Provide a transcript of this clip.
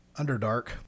Underdark